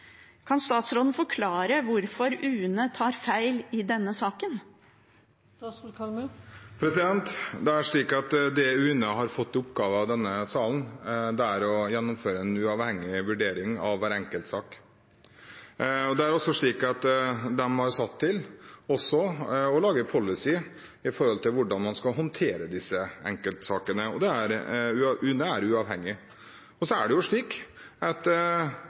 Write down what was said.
Kan statsråden forklare hvorfor UNE tar feil i denne saken? Det er slik at det UNE har fått i oppgave av denne salen, er å gjennomføre en uavhengig vurdering av hver enkelt sak. Det er også slik at de er satt til å lage policy for hvordan man skal håndtere disse enkeltsakene. UNE er uavhengig. Det er delte meninger om jussen, som det som regel er, men jeg mener at